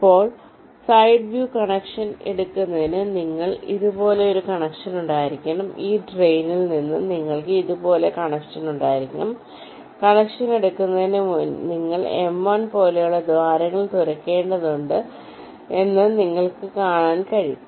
ഇപ്പോൾ side view connection എടുക്കുന്നതിന് നിങ്ങൾ ഇതുപോലൊരു കണക്ഷൻ ഉണ്ടായിരിക്കണം ഈ ഡ്രെയിനിൽ നിന്ന് നിങ്ങൾക്ക് ഇതുപോലൊരു കണക്ഷൻ ഉണ്ടായിരിക്കണം കണക്ഷൻ എടുക്കുന്നതിന് നിങ്ങൾ m1 പോലെയുള്ള ദ്വാരങ്ങൾ തുരക്കേണ്ടതുണ്ടെന്ന് നിങ്ങൾക്ക് കാണാൻ കഴിയും